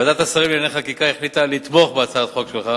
ועדת השרים לענייני חקיקה החליטה לתמוך בהצעת החוק שלך